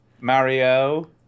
Mario